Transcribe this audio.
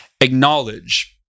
acknowledge